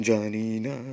Janina